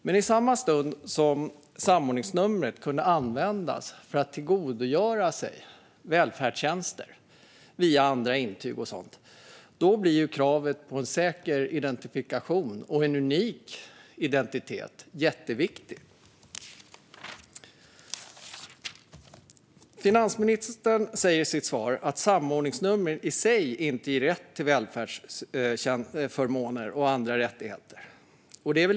Men i samma stund som innehavaren av samordningsnumret kunde börja använda det för att via andra intyg tillgodogöra sig välfärdstjänster blev kravet på en säker identifikation och en unik identitet jätteviktigt. Finansministern säger i sitt svar att samordningsnummer i sig inte ger rätt till välfärdsförmåner och andra rättigheter.